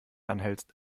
anhältst